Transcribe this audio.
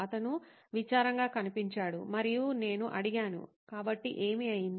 అతను విచారంగా కనిపించాడు మరియు నేను అడిగాను కాబట్టి ఏమి అయింది